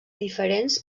diferents